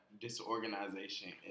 disorganization